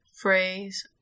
phrase